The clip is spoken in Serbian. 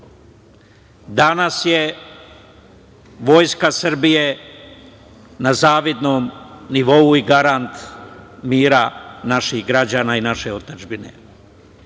Danas je vojska Srbije na zavidnom nivou i garant mira i naših građana i naše otadžbine.